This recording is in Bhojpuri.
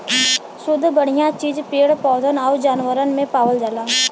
सुद्ध बढ़िया चीज पेड़ पौधन आउर जानवरन में पावल जाला